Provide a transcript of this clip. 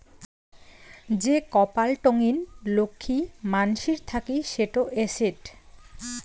যে কপাল টঙ্নি লক্ষী মানসির থাকি সেটো এসেট